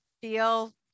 feel